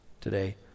today